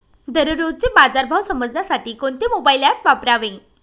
दररोजचे बाजार भाव समजण्यासाठी कोणते मोबाईल ॲप वापरावे?